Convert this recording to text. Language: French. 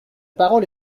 parole